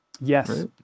Yes